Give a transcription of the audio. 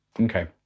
Okay